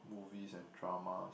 movies and dramas